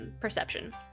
perception